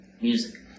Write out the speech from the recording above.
music